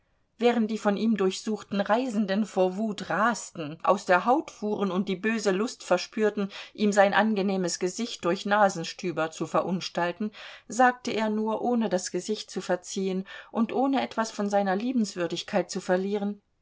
während die von ihm durchsuchten reisenden vor wut rasten aus der haut fuhren und die böse lust verspürten ihm sein angenehmes gesicht durch nasenstüber zu verunstalten sagte er nur ohne das gesicht zu verziehen und ohne etwas von seiner liebenswürdigkeit zu verlieren